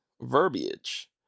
verbiage